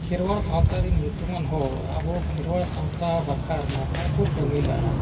ᱠᱷᱮᱨᱣᱟᱲ ᱥᱟᱶᱛᱟ ᱨᱮᱱ ᱧᱩᱛᱩᱢᱟᱱ ᱦᱚᱲ ᱟᱵᱚ ᱠᱷᱮᱨᱣᱟᱲ ᱥᱟᱶᱛᱟ ᱵᱟᱠᱷᱨᱟ ᱱᱟᱯᱟᱭ ᱠᱚ ᱠᱟᱹᱢᱤ ᱞᱟᱜᱼᱟ